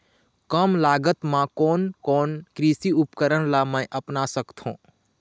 कम लागत मा कोन कोन कृषि उपकरण ला मैं अपना सकथो?